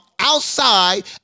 Outside